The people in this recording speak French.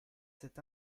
cet